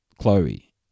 Chloe